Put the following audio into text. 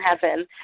heaven